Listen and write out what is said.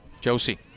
Josie